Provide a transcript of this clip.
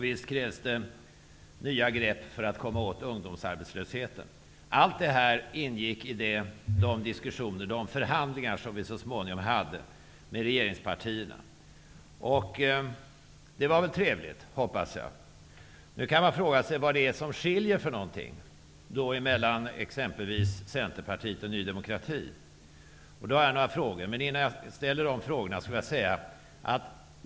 Visst krävs det nya grepp för att komma åt ungdomsarbetslösheten. Allt detta ingick i de diskussioner och de förhandlingar som vi så småningom hade med regeringspartierna. Det var väl trevligt, hoppas jag. Nu kan man fråga sig vad det är som skiljer mellan t.ex. Centerpartiet och Ny demokrati, och då har jag några frågor. Men innan jag ställer dessa frågor vill jag säga en sak.